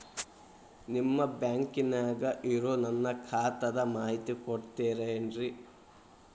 ನಿಮ್ಮ ಬ್ಯಾಂಕನ್ಯಾಗ ಇರೊ ನನ್ನ ಖಾತಾದ ಮಾಹಿತಿ ಕೊಡ್ತೇರಿ?